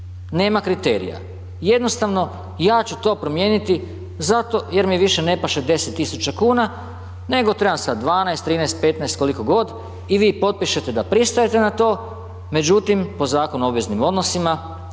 nema kriterija, jednostavno ja ću to promijeniti zato jer mi više ne paše 10.000 kuna nego trebam sad 12, 13, 15 koliko god i vi potpišete da pristajete na to međutim po Zakonu o obveznim odnosima